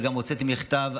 וגם הוצאתי מכתב,